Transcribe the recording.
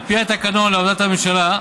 על פי התקנון לעבודת הממשלה,